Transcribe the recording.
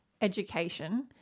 education